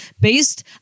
based